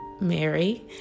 Mary